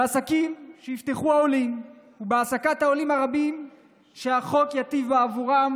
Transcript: בעסקים שיפתחו העולים ובהעסקת העולים הרבים שהחוק יטיב בעבורם.